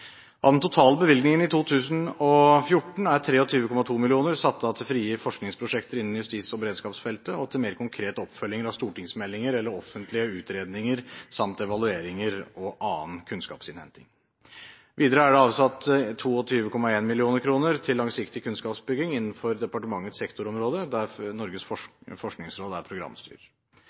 2014 er 23,2 mill. kr satt av til frie forskningsprosjekter innen justis- og beredskapsfeltet og til mer konkrete oppfølginger av stortingsmeldinger eller offentlige utredninger samt evalueringer og annen kunnskapsinnhenting. Videre er det avsatt 22,1 mill. kr til langsiktig kunnskapsbygging innenfor departementets sektorområde, der Norges forskningsråd er